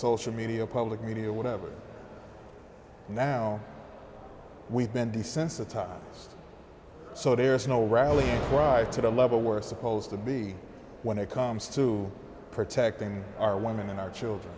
social media public media whatever now we've been desensitized so there's no rallying cry to the level we're supposed to be when it comes to protecting our women and our children